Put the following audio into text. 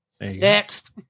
Next